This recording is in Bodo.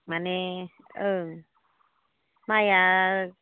माने ओं माइआ